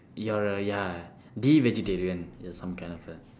you are a ya the vegetarian just some kind of a